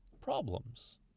problems